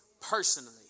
personally